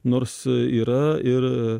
nors yra ir